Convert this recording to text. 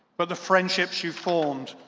but the friendships you've formed,